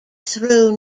through